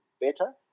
better